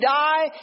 die